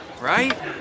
Right